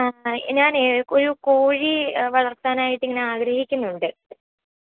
ആ ആ ഞാൻ ഒരു കോഴി വളർത്താൻ ആയിട്ട് ഞാൻ ആഗ്രഹിക്കുന്നുണ്ട്